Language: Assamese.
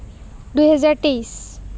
দুই হেজাৰ তেইছ